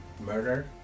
murder